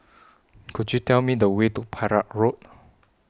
Could YOU Tell Me The Way to Perak Road